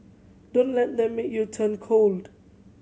don't let them make you turn cold